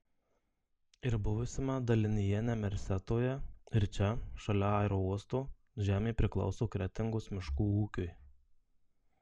ir buvusiame dalinyje nemirsetoje ir čia šalia aerouosto žemė priklauso kretingos miškų ūkiui